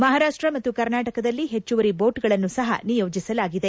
ಮಹಾರಾಷ್ಟ್ರ ಮತ್ತು ಕರ್ನಾಟಕದಲ್ಲಿ ಹೆಚ್ಚುವರಿ ಬೋಣ್ ಗಳನ್ನು ಸಹ ನಿಯೋಜಿಸಲಾಗಿದೆ